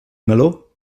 meló